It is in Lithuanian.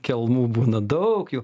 kelmų būna daug jų